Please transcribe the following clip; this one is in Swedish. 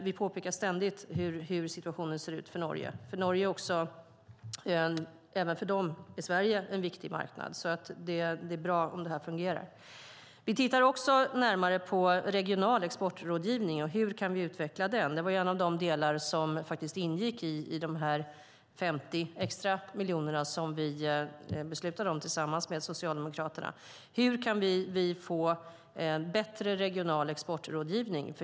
Vi påpekar ständigt hur situationen ser ut i fråga om Norge. För Norge är Sverige en viktig marknad, så det är bra om det här fungerar. Vi tittar också närmare på regional exportrådgivning och hur vi kan utveckla den. Det var en av de delar som ingick i de 50 extra miljoner som vi beslutade om tillsammans med Socialdemokraterna. Hur kan vi få bättre regional exportrådgivning?